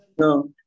No